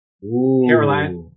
Carolina